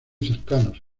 cercanos